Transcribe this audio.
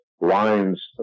lines